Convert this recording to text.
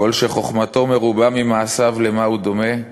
"כל שחוכמתו מרובה ממעשיו, למה הוא דומה?